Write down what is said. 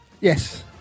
yes